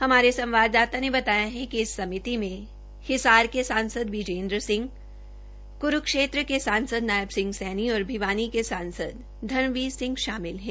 हमारे संवाददाता ने बताया है कि इस समिति में हिसार के सांसद बुजेन्द्र सिंह क्रूक्षेत्र के सांसद नायब सिंह सैनी और भिवानी के सांसद धर्मबीर सिंह शामि हैं